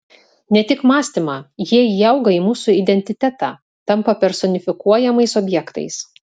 ne tik mąstymą jie įauga į mūsų identitetą tampa personifikuojamais objektais